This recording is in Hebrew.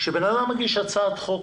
כשבן אדם מגיש הצעת חוק,